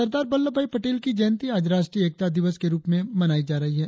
सरदार वल्लभ भाई पटेल की जयंती आज राष्ट्रीय एकता दिवस के रुप में मनाई जा रही है